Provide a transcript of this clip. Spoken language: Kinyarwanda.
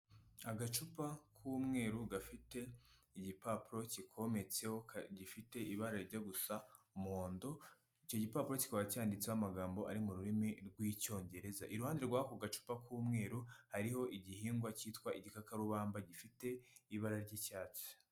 Agacupa k'umweru, gafite igipapuro kikometseho, gifite ibara rijya gusa umuhondo, icyo gipapuro kikaba cyanditseho amagambo ari mu rurimi rw'Icyongereza, iruhande rw'ako gacupa k'umweru, hariho igihingwa cyitwa igikakarubamba gifite, ibara ry'icyatsi.